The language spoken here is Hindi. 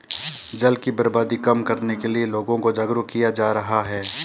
जल की बर्बादी कम करने के लिए लोगों को जागरुक किया जा रहा है